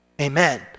Amen